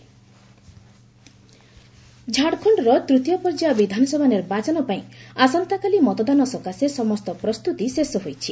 Jharkhand polling ଝାଡ଼ଖଣ୍ଡର ତୂତୀୟ ପର୍ଯ୍ୟାୟ ବିଧାନସଭା ନିର୍ବାଚନ ପାଇଁ ଆସନ୍ତାକାଲି ମତଦାନ ସକାଶେ ସମସ୍ତ ପ୍ରସ୍ତୁତି ଶେଷ ହୋଇଛି